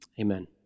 Amen